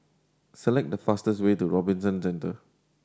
select the fastest way to Robinson Centre